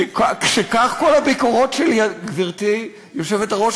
גברתי היושבת-ראש.